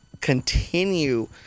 Continue